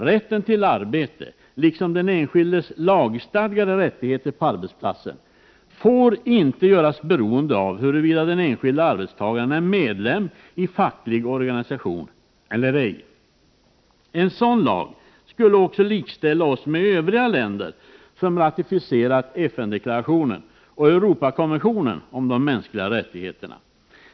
Rätten till arbete liksom den enskildes lagstadgade rättigheter på arbetsplatsen får inte göras beroende av huruvida den enskilde arbetstagaren är medlem i facklig organisation eller ej. En sådan lag skulle också likställa oss med övriga länder som ratificerat FN-deklarationen och Europakonventionen om de mänskliga rättigheterna.